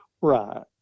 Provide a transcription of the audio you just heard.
right